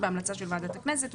בהמלצה של ועדת הכנסת,